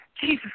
Jesus